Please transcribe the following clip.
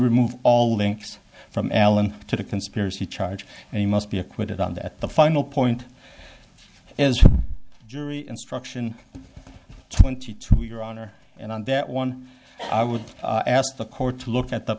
remove all links from alan to the conspiracy charge and he must be acquitted on that the final point is a jury instruction twenty two your honor and on that one i would ask the court to look at the